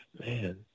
Man